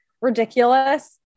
ridiculous